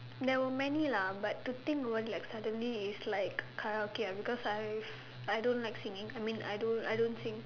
there were many lah but to think about it like suddenly it's like Karaoke ah because I I don't like singing I mean I don't I don't sing